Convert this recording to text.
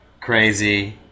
crazy